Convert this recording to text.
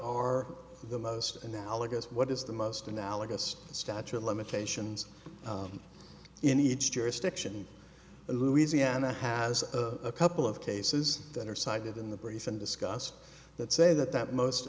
are the most analogous what is the most analogous statute of limitations in each jurisdiction in louisiana has a couple of cases that are cited in the breeze and discussed that say that that most